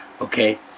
Okay